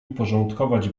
uporządkować